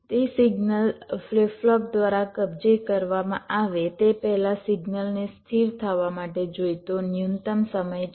તે signal flip flop દ્વારા કબજે કરવામાં આવે તે પહેલાં સિગ્નલને સ્થિર થવા માટે જોઈતો ન્યૂનતમ સમય છે